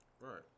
Right